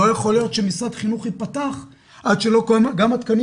לא יכול להיות שמוסד חינוך ייפתח עד שגם התקנים